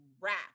wrap